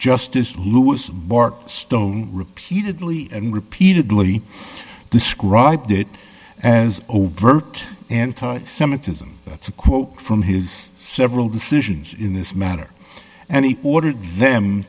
justice louis bork stone repeatedly and repeatedly described it as overt anti semitism that's a quote from his several decisions in this matter and he ordered them